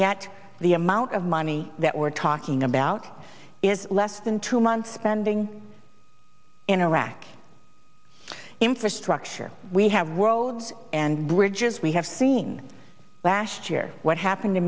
yet the amount of money that we're talking about is less than two months spending in iraq infrastructure we have worlds and bridges we have seen last year what happened